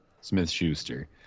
Smith-Schuster